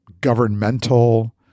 governmental